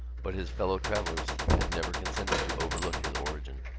but his fellow-travellers had never consented to overlook his origin.